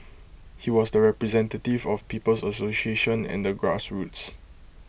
he was the representative of people's association and the grassroots